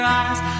eyes